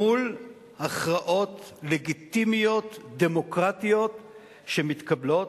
מול הכרעות לגיטימיות דמוקרטיות שמתקבלות,